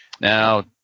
Now